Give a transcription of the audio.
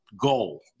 goal